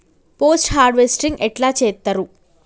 Post harvesting ఎట్ల చేత్తరు?